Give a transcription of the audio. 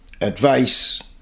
advice